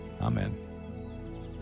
Amen